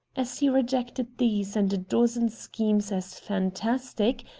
as he rejected these and a dozen schemes as fantastic,